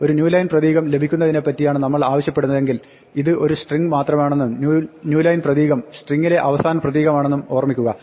ഒരു new line പ്രതീകം ലഭിക്കുന്നതിനെപ്പറ്റിയാണ് നമ്മൾ ആവശ്യപ്പെടുന്നതെങ്കിൽ ഇത് ഒരു സ്ട്രിങ്ങ് മാത്രമാണെന്നും ന്യൂ ലൈൻ പ്രതീകം സ്ട്രിങ്ങിലെ അവസാന പ്രതീകമാണെന്നും ഓർമ്മിക്കുക